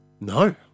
No